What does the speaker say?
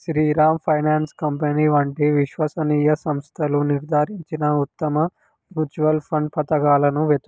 Sriram finance company వంటి విశ్వసనీయ సంస్థలు నిర్ధారించిన ఉత్తమ మ్యూచువల్ ఫండ్ పథకాలను వెతుకు